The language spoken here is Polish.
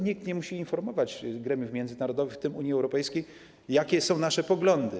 Nikt nie musi informować gremiów międzynarodowych, w tym Unii Europejskiej, jakie są nasze poglądy.